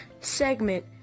segment